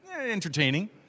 entertaining